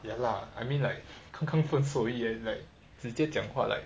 ya lah I mean like 刚刚分手而已 eh like 直接讲话 like